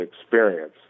experience